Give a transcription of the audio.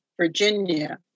Virginia